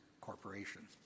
corporation